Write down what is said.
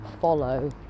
follow